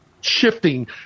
shifting